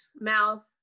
mouth